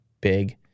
big